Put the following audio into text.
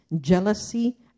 jealousy